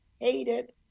hated